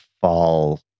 fall